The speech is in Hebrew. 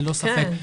ללא ספק.